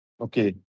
Okay